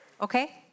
Okay